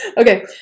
Okay